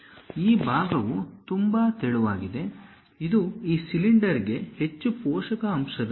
ಈ ಭಾಗವು ತುಂಬಾ ತೆಳುವಾಗಿದೆ ಇದು ಈ ಸಿಲಿಂಡರ್ಗೆ ಹೆಚ್ಚು ಪೋಷಕ ಅಂಶದಂತೆ